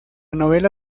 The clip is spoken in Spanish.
novela